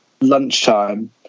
lunchtime